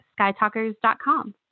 skytalkers.com